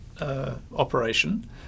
operation